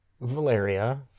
Valeria